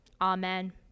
Amen